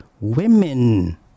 women